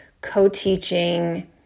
co-teaching